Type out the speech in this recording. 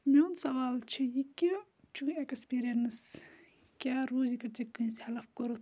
میون سوال چھُ یہِ کہِ چٲنۍ اٮ۪کٕسپیٖریَنٕس کیٛاہ ژےٚ کٲنٛسہِ ہٮ۪لٕپ کوٚرُتھ